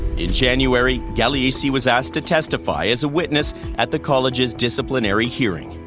in january, gagliese was asked to testify as a witness at the college's disciplinary hearing.